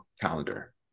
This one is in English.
calendar